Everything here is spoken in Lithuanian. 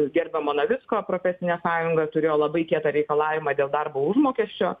gerbiamo navicko profesinė sąjunga turėjo labai kietą reikalavimą dėl darbo užmokesčio